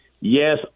Yes